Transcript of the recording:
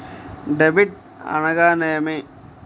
Debit అనగానేమి?